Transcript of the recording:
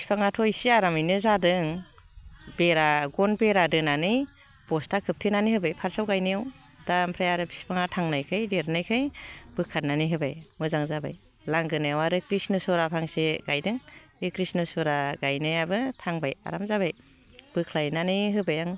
बिफांआथ' इसे आरामैनो जादों बेरा गन बेरा दोनानै बस्था खोबथेनानै होबाय फार्स्टआव गायनायाव दा ओमफ्राय आरो बिफांआ थांनायखाय देरनायखाय बोखारनानै होबाय मोजां जाबाय लांगोनायाव आरो कृष्ण' सुरा फांसे गायदों बे कृष्ण' सुरा गायनायाबो थांबाय आराम जाबाय बोख्लायनानै होबाय आं